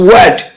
Word